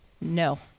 No